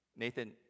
Nathan